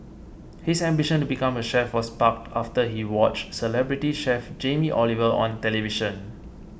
his ambition to become a chef was sparked after he watched celebrity chef Jamie Oliver on television